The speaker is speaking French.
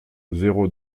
zéro